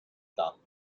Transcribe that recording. daten